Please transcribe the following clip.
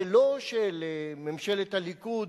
ולא של ממשלת הליכוד,